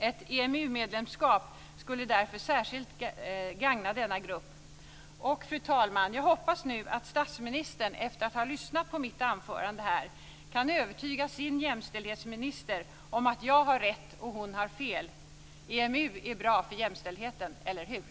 Ett EMU-medlemskap skulle därför särskilt gagna denna grupp. Fru talman! Jag hoppas nu att statsministern, efter att ha lyssnat på mitt anförande, lyckas övertyga sin jämställdhetsminister om att jag har rätt och att hon har fel. EMU är bra för jämställdheten, eller hur?